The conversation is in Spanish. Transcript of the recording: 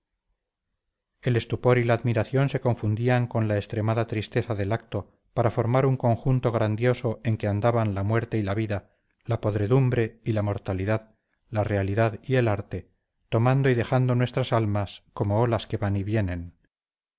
el estupor y la admiración se confundían con la extremada tristeza del acto para formar un conjunto grandioso en que andaban la muerte y la vida la podredumbre y la inmortalidad la realidad y el arte tomando y dejando nuestras almas como olas que van y vienen